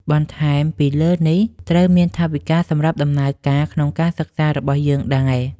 បន្ថែមពីនេះត្រូវមានថវិកាសម្រាប់ដំណើរការក្នុងការសិក្សារបស់យើងដែរ។